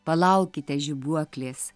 palaukite žibuoklės